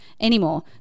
anymore